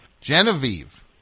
Genevieve